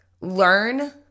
learn